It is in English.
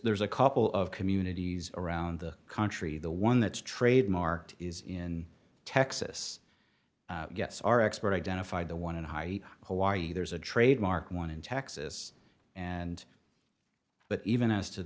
there's a couple of communities around the country the one that's trademarked is in texas gets our expert identified the one in high hawaii there's a trademark one in texas and but even as to